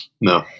No